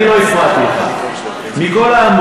70%